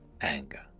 anger